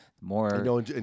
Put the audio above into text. more